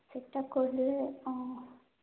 ଠିକ୍ ଠାକ୍ କହିଲେ ହଁ